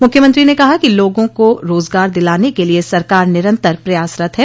मुख्यमंत्री ने कहा कि लोगों को रोजगार दिलाने के लिये सरकार निरन्तर प्रयासरत है